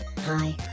hi